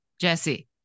Jesse